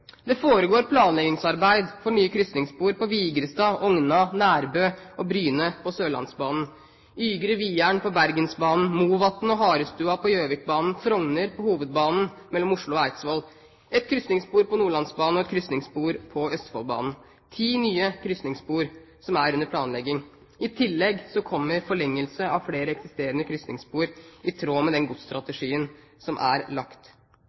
Det foregår planleggingsarbeider for nye krysningsspor på Vigrestad, Ogna, Nærbø og Bryne på Sørlandsbanen, Ygre–Vieren på Bergensbanen, Movatn og Harestua på Gjøvikbanen, Frogner på hovedbanen mellom Oslo og Eidsvoll, et krysningsspor på Nordlandsbanen og et krysningsspor på Østfoldbanen – ti nye krysningsspor som er under planlegging. I tillegg kommer forlengelse av flere eksisterende krysningsspor, i tråd med den godsstrategien som er lagt.